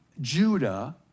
Judah